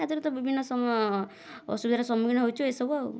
ହେଥିରେ ତ ବିଭିନ୍ନ ସମୟ ଅସୁବିଧାରେ ସମ୍ମୁଖୀନ ହୋଇଛୁ ଏସବୁ ଆଉ